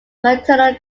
maternal